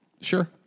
Sure